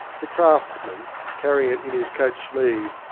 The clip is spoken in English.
the craftsman, carrying it in his coat sleeve,